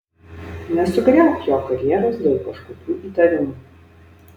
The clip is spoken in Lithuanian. nesugriauk jo karjeros dėl kažkokių įtarimų